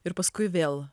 ir paskui vėl